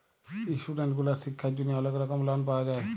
student গুলার শিক্ষার জন্হে অলেক রকম লন পাওয়া যায়